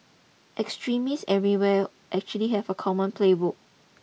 extremists everywhere actually have a common playbook